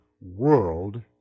world